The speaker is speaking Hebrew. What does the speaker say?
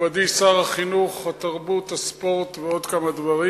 מכובדי שר החינוך, התרבות, הספורט ועוד כמה דברים,